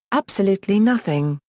absolutely nothing,